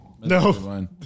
no